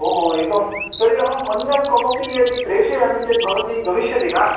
ओहो एवं तर्हि अहम् अन्यत् कमपि यदि प्रेषयामि चेत् भवती गमिष्यति वा